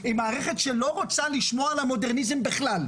היא מערכת שלא רוצה לשמוע על המודרניזם בכלל,